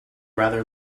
rather